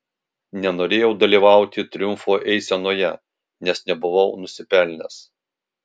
nenorėjau dalyvauti triumfo eisenoje nes nebuvau nusipelnęs